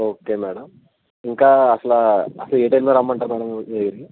okay madam ఇంకా అసల అసలు ఏ టైంలో రమ్మంటారు మేడం మీ దగ్గరికి